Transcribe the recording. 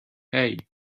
hey